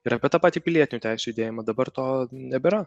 ir apie tą patį pilietinių teisių judėjimą dabar to nebėra